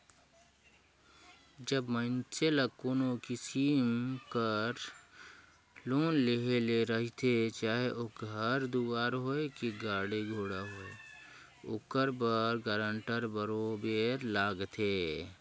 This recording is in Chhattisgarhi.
जब मइनसे ल कोनो किसिम कर लोन लेहे ले रहथे चाहे ओ घर दुवार होए कि गाड़ी घोड़ा होए ओकर बर गारंटर बरोबेर लागथे